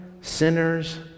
sinners